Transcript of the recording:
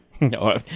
No